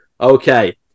Okay